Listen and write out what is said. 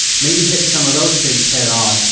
maybe hit some of those things head on,